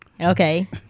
Okay